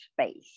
space